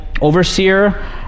overseer